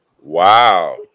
Wow